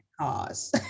cause